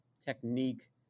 technique